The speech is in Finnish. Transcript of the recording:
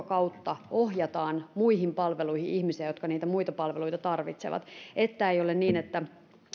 kautta ohjataan muihin palveluihin ihmisiä jotka niitä muita palveluita tarvitsevat että ei ole niin että